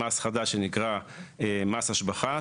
מס חדש שנקרא מס השבחה,